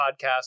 podcast